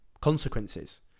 consequences